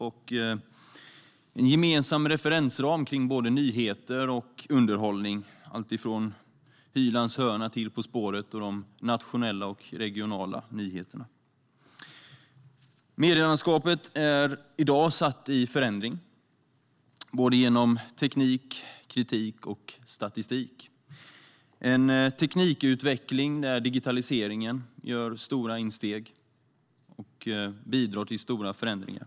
Det har gett en gemensam referensram för både nyheter och underhållning, alltifrån Hylands hörna till de nationella och regionala nyhetsprogrammen. Medielandskapet är i dag satt i förändring genom teknik, kritik och statistik. Vi har en teknikutveckling där digitaliseringen gör stora insteg och bidrar till stora förändringar.